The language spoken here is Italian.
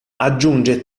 aggiunge